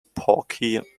porky